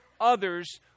others